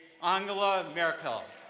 angela merkel.